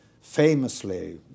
famously